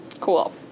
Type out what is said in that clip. cool